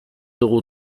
dugu